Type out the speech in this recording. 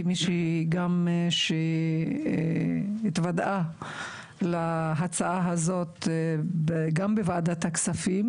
כמי שגם התוודעה להצעה הזאת גם בוועדת הכספים,